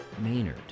Maynard